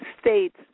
states